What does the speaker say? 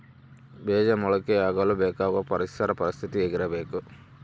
ಬೇಜ ಮೊಳಕೆಯಾಗಲು ಬೇಕಾಗುವ ಪರಿಸರ ಪರಿಸ್ಥಿತಿ ಹೇಗಿರಬೇಕು?